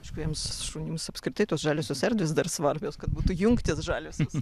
aišku jiems šunims apskritai tos žaliosios erdvės dar svarbios kad būtų jungtys žaliosios